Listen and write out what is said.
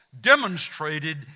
demonstrated